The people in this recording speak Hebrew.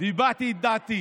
והבעתי את דעתי